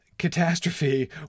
catastrophe